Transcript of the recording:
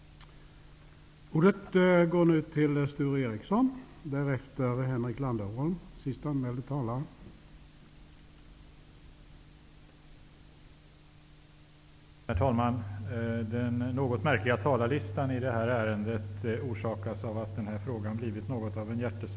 Norrlands militärområde kommer i sommar att gå samman i ett gemensamt militärområde Norr och det är då inkonsekvent och fel att de civilanställda, som berörs av införandet av utbildningen av mobiliserings och förplägnadsvärnpliktiga, skall avvecklas genom naturlig avgång enbart i halva det nya militärområdet. Därför bör, enligt det ursprungliga förslaget, även civilanställda som berörs av införandet av mobiliserings och förplägnadsvärnpliktiga i Nedre